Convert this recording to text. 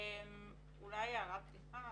אולי הערת פתיחה.